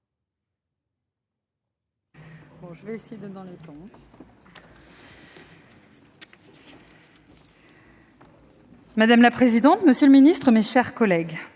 Madame la présidente, monsieur le ministre, mes chers collègues,